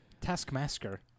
Taskmaster